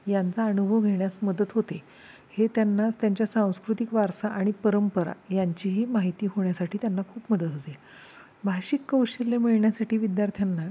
यांचा अनुभव घेण्यास मदत होते हे त्यांना त्यांच्या सांस्कृतिक वारसा आणि परंपरा यांचीही माहिती होण्यासाठी त्यांना खूप मदत होते भाषिक कौशल्य मिळण्यासाठी विद्यार्थ्यांना